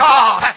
God